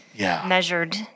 measured